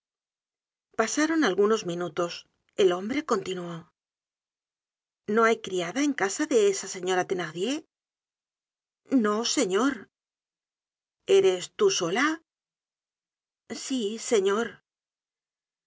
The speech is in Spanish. pasaron algunos minutos el hombre continuó no hay criada en casa de esa señora thenardier no señor eres tú sola sí señor